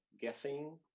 guessing